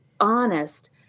honest